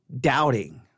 doubting